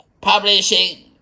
Publishing